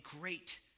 great